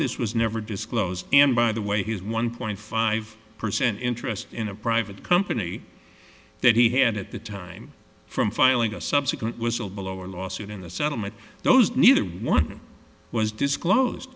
this was never disclosed and by the way he's one point five percent interest in a private company that he had at the time from filing a subsequent was a lower lawsuit in the settlement those neither one was disclosed